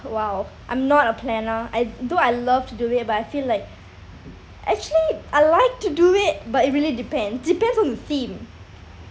!wow! I'm not a planner I though I love to do it but I feel like actually I like to do it but it really depend depends on the theme